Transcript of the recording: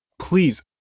Please